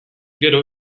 gero